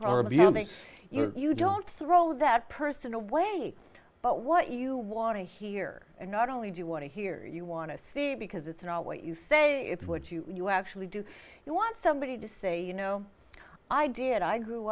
make you don't throw that person away but what you want to hear and not only do you want here you want to see because it's not what you say it's what you you actually do you want somebody to say you know i did i grew